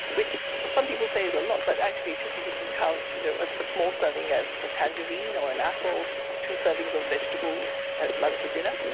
which some people say is a lot, but actually it isn't if you count you know a small serving as a tangerine, or an apple two servings of vegetables at lunch or dinner.